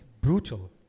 brutal